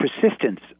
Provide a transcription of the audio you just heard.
persistence